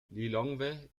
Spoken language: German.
lilongwe